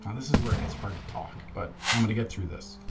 um this is where it gets hard to talk, but i'm going to get through this.